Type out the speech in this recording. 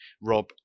Rob